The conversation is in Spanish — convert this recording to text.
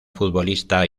futbolista